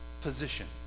position